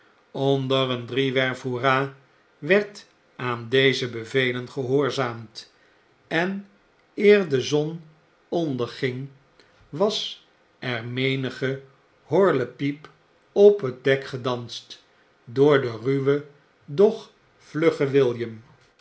onder een dnewerf hoera werd aan deze bevelen gehoorzaamd en eer de zon onderging was er menige horlepiip op het dek fedanst door den ruwen doch vluggen